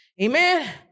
Amen